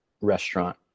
restaurant